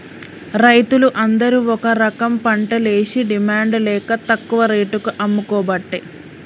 రైతులు అందరు ఒక రకంపంటలేషి డిమాండ్ లేక తక్కువ రేటుకు అమ్ముకోబట్టే